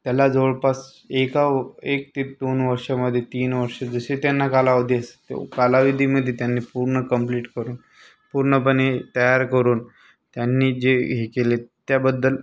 त्याला जवळपास एका व एक ते दोन वर्षामध्ये तीन वर्षे जसे त्यांना कालावधी असं कालावधीमध्ये त्यांनी पूर्ण कंप्लीट करून पूर्णपणे तयार करून त्यांनी जे हे केले त्याबद्दल